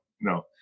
no